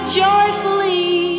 joyfully